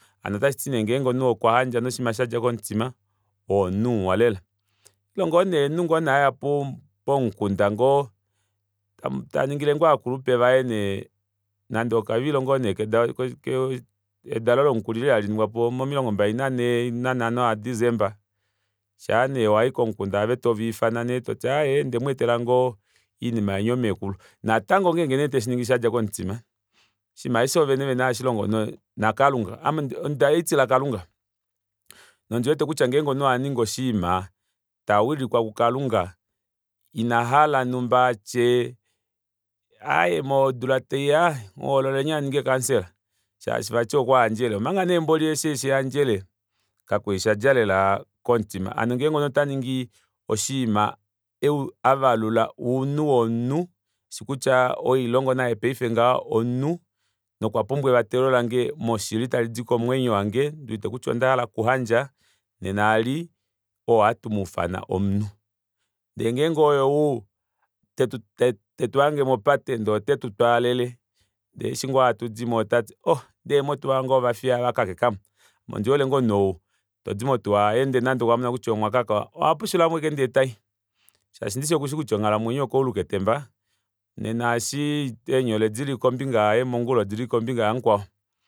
Hano otashiti omunhu ngenge okwayandja noshima shadja komutima oo omunhu muwa lela ile ngoo nee omunhu ngoo nee aya pomukunda taningile ngoo ovakulupe nande okavilo kedalo lomukulili eli aliningwa momilongo mbali naa tanho a december shaa nee wayi komukunda ove tovaifana nee toti aaye onde mweetela oinima yeni oomekulu natango ongenge nee toshiningi shadja komutima oshinima aashi shoovene vene ohashilongo nakalunga ame ohandi tila kalunga nondiwete kutya omunhu ohaningi oshinima tawilikwa kukalunga ina hala numba atye aaye modula taiya muhoololeni aninge councillor shaashi vati okwayandjele omanga nee mboli eshi eshiyandjele kakwali shadja lela komutima hano ngenge omunhu otaningi oshinima avalula uunhu womunhu eshi kutya ouhailongo naye omunhu nokwapumbwa evatelo lange moshili talidi komwenyo wange ndiwete kutya ondahala okuyandja nena eli oo ohatumuufana omunhu ndee ngenge oyou tetuhange mopate ndee otetutwalele ndee otati vali ohoo ndee motuwa yange ovafiya vakakekamo ame ondihole ngoo omunhu todi motuwa yaye ndee nande okwamona kutya omwa kaka ohapushulamo ashike ndee tayi shaashi ndishi okushi kutya onghalamwenyo okaulu ketemba nena eshi eenyole dili kombinga yaye mongula odili kombinga yamukwao